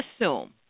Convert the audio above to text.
assume